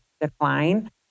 decline